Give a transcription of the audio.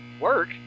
Work